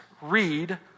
read